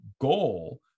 goal